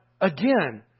again